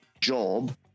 job